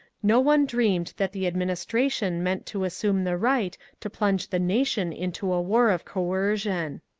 no one dreamed that the administration meant to assume the right to plunge the nation into a war of coercion.